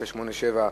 987,